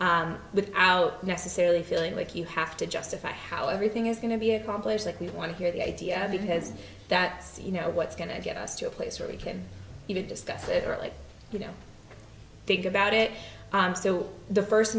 without necessarily feeling like you have to justify how everything is going to be accomplished that we want to hear the idea because that's you know what's going to get us to a place where we can't even discuss it or like you know think about it so the first